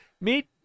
Meet